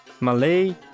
Malay